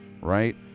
right